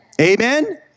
amen